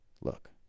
look